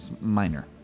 Minor